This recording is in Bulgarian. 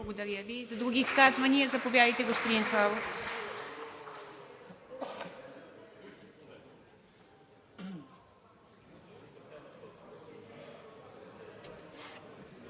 Благодаря Ви. За други изказвания – заповядайте, господин Славов.